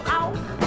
out